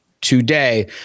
today